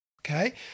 Okay